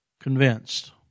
convinced